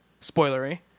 spoilery